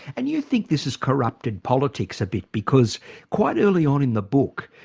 and you think this has corrupted politics a bit, because quite early on in the book,